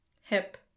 hip